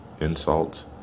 insults